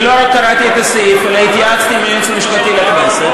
ולא רק קראתי את הסעיף אלא התייעצתי עם היועץ המשפטי לכנסת,